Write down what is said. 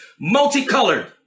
multicolored